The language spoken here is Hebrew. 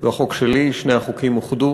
והחוק שלי, שני החוקים אוחדו.